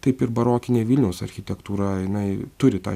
taip ir barokinė vilniaus architektūra jinai turi tą